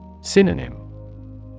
Synonym